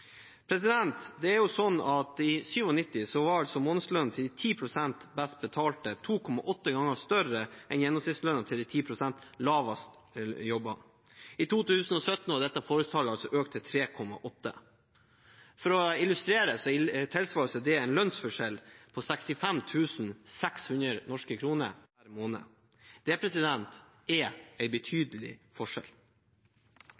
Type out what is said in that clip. I 1997 var månedslønnen til de 10 pst. best betalte 2,8 ganger større enn gjennomsnittslønnen til de 10 pst. lavest lønte jobbene. I 2017 var dette forholdstallet økt til 3,8. For å illustrere tilsvarer det en lønnsforskjell på 65 600 norske kroner per måned. Det er